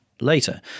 later